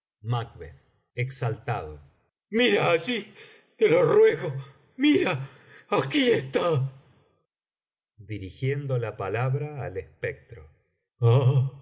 exaltado mira allí te lo ruego mira aquí esta dirigiendo la palabra al espectro